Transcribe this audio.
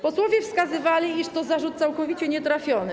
Posłowie wskazywali, iż to zarzut całkowicie nietrafiony.